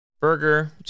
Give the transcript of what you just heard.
Burger